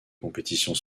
compétitions